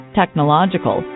technological